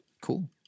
Cool